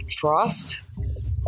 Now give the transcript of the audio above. Frost